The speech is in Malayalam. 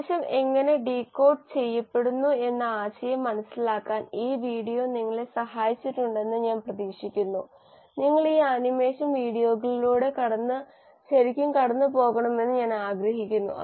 സന്ദേശം എങ്ങനെ ഡീകോഡ് ചെയ്യപ്പെടുന്നു എന്ന ആശയം മനസ്സിലാക്കാൻ ഈ വീഡിയോ നിങ്ങളെ സഹായിച്ചിട്ടുണ്ടെന്ന് ഞാൻ പ്രതീക്ഷിക്കുന്നു നിങ്ങൾ ഈ ആനിമേഷൻ വീഡിയോകളിലൂടെ ശരിക്കും കടന്നുപോകണമെന്ന് ഞാൻ ആഗ്രഹിക്കുന്നു